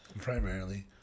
primarily